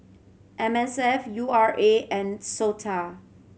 M S F U R A and SOTA